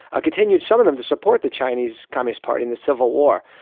ah continued, some of them, to support the chinese communist party in the civil war.